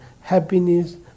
happiness